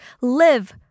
live